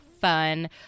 fun